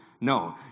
No